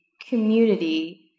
community